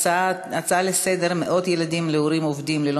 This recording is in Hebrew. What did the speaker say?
ההצעה לסדר-היום: מאות ילדים להורים עובדים ללא